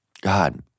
God